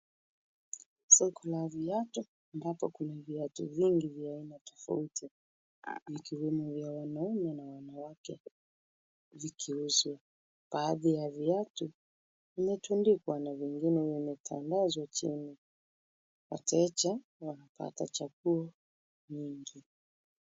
Soko la viatu, ambapo kuna viatu vingi vya aina tofauti, vikiwemo vya wanaume na wanawake vikiuzwa. Baadhi ya viatu vimetundikwa na vingine vimetandazwa chini. Wateja wanapata chaguo nyingi.